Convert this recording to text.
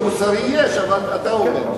שמוסרי יש, אבל אתה אומר.